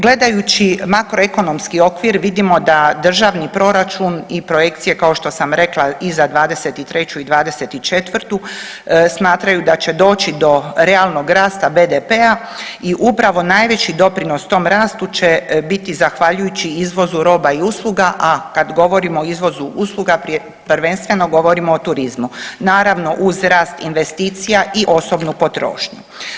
Gledajući makro ekonomski okvir vidimo da državni proračun i projekcije kao što sam rekla i za '23. i '24. smatraju da će doći do realnog rasta BDP-a i upravo najveći doprinos tom rastu će biti zahvaljujući izvozu roba i usluga, a kad govorimo o izvozu usluga prvenstveno govorimo o turizmu, naravno uz rast investicija i osobnu potrošnju.